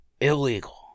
illegal